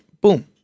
boom